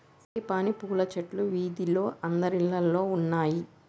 frangipani పూల చెట్లు వీధిలో అందరిల్లల్లో ఉన్నాయి